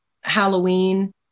Halloween